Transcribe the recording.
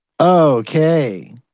Okay